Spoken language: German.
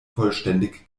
vollständig